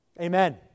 Amen